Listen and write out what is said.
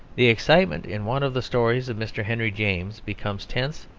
the excitement in one of the stories of mr. henry james becomes tense,